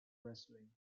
wrestling